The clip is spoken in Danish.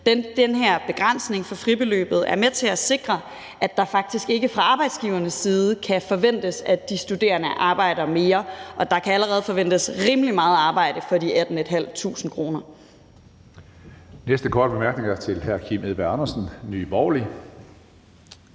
Den her begrænsning på fribeløbet er med til at sikre, at det faktisk ikke fra arbejdsgivernes side kan forventes, at de studerende arbejder mere, og der kan allerede forventes rimelig meget arbejde for de 18.500 kr. Kl. 10:36 Tredje næstformand (Karsten Hønge):